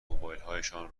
موبایلهایشان